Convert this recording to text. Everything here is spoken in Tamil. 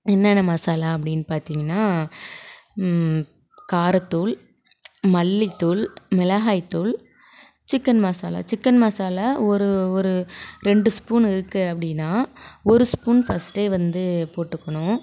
என்னென்ன மசாலா அப்படினு பார்த்திங்கன்னா காரத்தூள் மல்லித்தூள் மிளகாய்த்தூள் சிக்கன் மசாலா சிக்கன் மசாலாவில ஒரு ஒரு ரெண்டு ஸ்பூன் இருக்கு அப்படினா ஒரு ஸ்பூன் பர்ஸ்டே வந்து போட்டுக்கணும்